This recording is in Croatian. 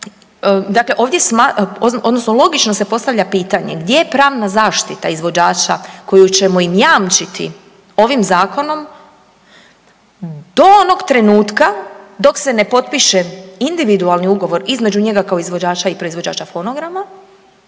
dakle ovdje … odnosno logično se postavlja pitanje gdje je pravna zaštita izvođača koju ćemo im jamčiti ovim zakonom do onoga trenutka dok se ne potpiše individualni ugovor između njega kao izvođača i proizvođača fonograma